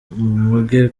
muge